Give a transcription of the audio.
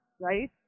right